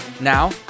Now